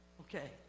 Okay